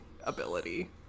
ability